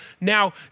now